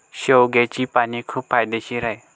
शेवग्याची पाने खूप फायदेशीर आहेत